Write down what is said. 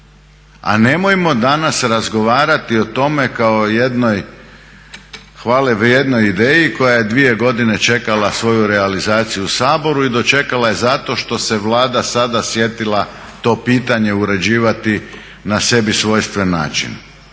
a nemojmo danas razgovarati o tome kao o jednoj hvalevrijednoj ideji koja je dvije godine čekala svoju realizaciju u Saboru i dočekala je zato što se Vlada sada sjetila to pitanje uređivati na sebi svojstven način.